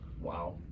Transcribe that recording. Wow